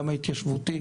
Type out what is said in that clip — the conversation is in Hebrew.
ההתיישבות.